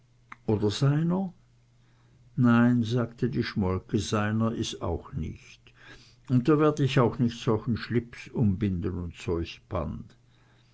oder seiner nein sagte die schmolke seiner is auch nich und da werd ich auch nicht solchen schlips umbinden und solch band